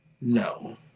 No